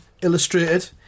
Illustrated